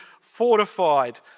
fortified